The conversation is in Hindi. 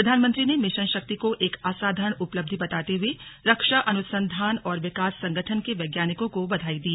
प्रधानमंत्री ने मिशन शक्ति को एक असाधारण उपलब्धि बताते हुए रक्षा अनुसंधान और विकास संगठन के वैज्ञानिकों को बधाई दी